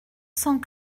cent